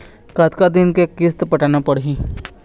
कतका दिन के किस्त पटाना पड़ही?